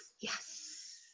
Yes